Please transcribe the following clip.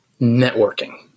networking